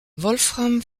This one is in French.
wolfram